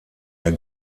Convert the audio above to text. der